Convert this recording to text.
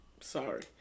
sorry